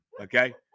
okay